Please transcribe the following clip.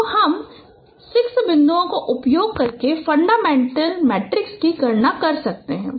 तो हम 6 बिंदुओं का उपयोग करके फंडामेंटल मैट्रिक्स की गणना कर सकते हैं